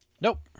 Nope